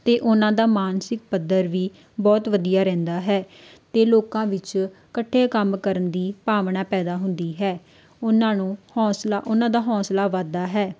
ਅਤੇ ਉਹਨਾਂ ਦਾ ਮਾਨਸਿਕ ਪੱਧਰ ਵੀ ਬਹੁਤ ਵਧੀਆ ਰਹਿੰਦਾ ਹੈ ਅਤੇ ਲੋਕਾਂ ਵਿੱਚ ਇਕੱਠੇ ਕੰਮ ਕਰਨ ਦੀ ਭਾਵਨਾ ਪੈਦਾ ਹੁੰਦੀ ਹੈ ਉਹਨਾਂ ਨੂੰ ਹੌਸਲਾ ਉਹਨਾਂ ਦਾ ਹੌਸਲਾ ਵੱਧਦਾ ਹੈ